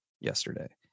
yesterday